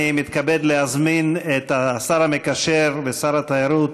אני מתכבד להזמין את השר המקשר ושר התיירות,